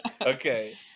Okay